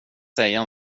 säga